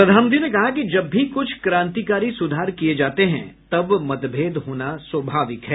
प्रधानमंत्री ने कहा कि जब भी कुछ क्रांतिकारी सुधार किए जाते हैं तब मतभेद होना स्वाभाविक है